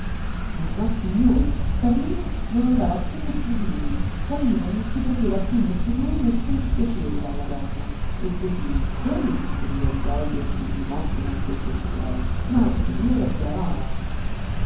ma nossignori carlino non andava piú neppur lui carlino non si prendeva piú neppur lui nessun piacere dalla donna e cosí non solo gl'impediva di togliersi il rimorso con quel pensiero ma anzi glielo aggravava